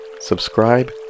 subscribe